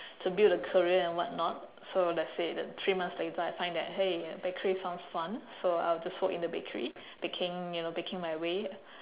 to build a career and whatnot so let's say that three months later I find that !hey! bakery sounds fun so I'll just work in a bakery baking you know baking my way